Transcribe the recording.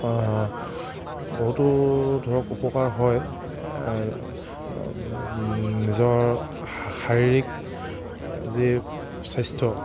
বহুতো ধৰক উপকাৰ হয় নিজৰ শাৰীৰিক যি স্বাস্থ্য